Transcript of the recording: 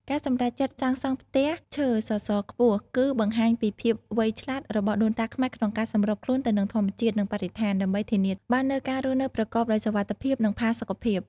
ការសម្រេចចិត្តសាងសង់ផ្ទះឈើសសរខ្ពស់ គឺបង្ហាញពីភាពវៃឆ្លាតរបស់ដូនតាខ្មែរក្នុងការសម្របខ្លួនទៅនឹងធម្មជាតិ និងបរិស្ថាន ដើម្បីធានាបាននូវការរស់នៅប្រកបដោយសុវត្ថិភាព និងផាសុកភាព ។